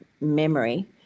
memory